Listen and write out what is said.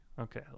Okay